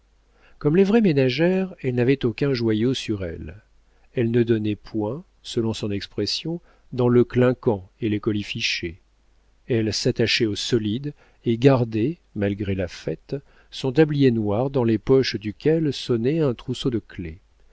comme les vraies ménagères elle n'avait aucun joyau sur elle elle ne donnait point selon son expression dans le clinquant et les colifichets elle s'attachait au solide et gardait malgré la fête son tablier noir dans les poches duquel sonnait un trousseau de clefs